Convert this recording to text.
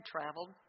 traveled